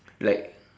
like